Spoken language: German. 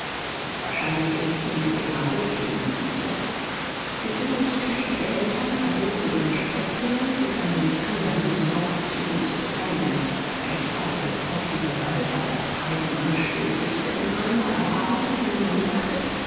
wahrscheinlich ist sie eine demagogin hieß es gesinnungstüchtige eltern verboten ihren sprößlingen sich an den skandalösen aufzügen zu beteiligen kein zweifel auch die behörde fand das treiben anstößig denn einmal am abend hatte man beobachtet